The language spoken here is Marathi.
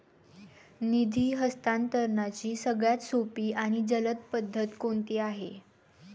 निधी हस्तांतरणाची सगळ्यात सोपी आणि जलद पद्धत कोणती आहे?